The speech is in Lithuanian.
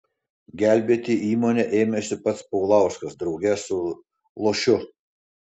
gelbėti įmonę ėmėsi pats paulauskas drauge su lošiu